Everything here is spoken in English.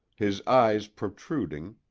his eyes protruding,